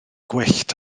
gwyllt